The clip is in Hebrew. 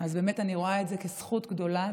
אני רואה את זה כזכות גדולה.